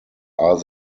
are